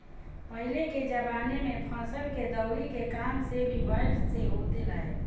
पहिले के जमाना में फसल के दवरी के काम भी बैल से होत रहे